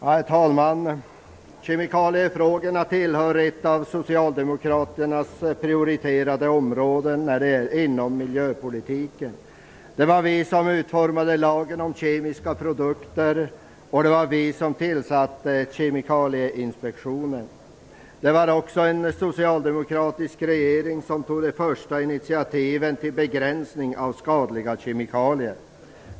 Herr talman! Kemikaliefrågorna är ett av Socialdemokraternas prioriterade områden inom miljöpolitiken. Det var vi som utformade lagen om kemiska produkter, och det var vi som tillsatte Kemikalieinspektionen. Det var också en socialdemokratisk regering som tog de första initiativen till en begränsning av skadliga kemikalier.